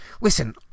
Listen